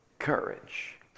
courage